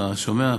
אתה שומע?